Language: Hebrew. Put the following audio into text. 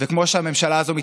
וכמו שהממשלה הזו מתנהלת,